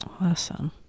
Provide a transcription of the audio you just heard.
Awesome